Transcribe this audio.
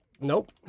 Nope